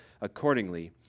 Accordingly